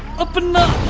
up and